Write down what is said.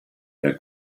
nel